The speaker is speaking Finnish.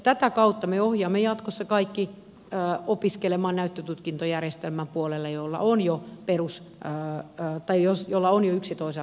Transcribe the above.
tätä kautta me ohjaamme jatkossa opiskelemaan näyttötutkintojärjestelmän puolelle kaikki ne joilla on jo yksi toiseen asteen tutkinto